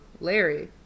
Larry